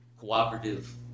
Cooperative